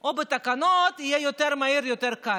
או בתקנות, זה יהיה יותר מהיר, יותר קל.